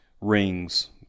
rings